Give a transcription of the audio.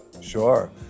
Sure